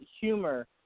humor